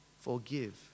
forgive